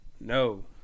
No